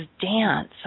dance